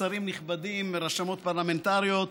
שרים נכבדים, רשמות פרלמנטריות,